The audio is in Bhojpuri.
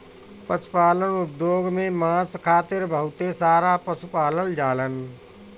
पशुपालन उद्योग में मांस खातिर बहुत सारा पशु पालल जालन